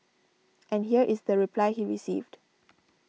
and here is the reply he received